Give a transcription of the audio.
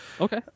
Okay